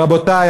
רבותי,